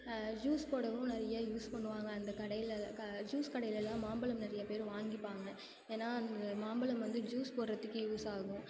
juice போடவும் நிறையா use பண்ணுவாங்க அந்த கடையில் ஜூஸ் கடையிலலாம் மாம்பழம் நிறைய பேரு வாங்கிப்பாங்க ஏன்னா அந்த மாம்பழம் வந்து ஜூஸ் போடுறதுக்கு யூஸ் ஆகும்